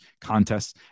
contests